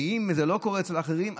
ואם זה לא קורה אצל האחרים,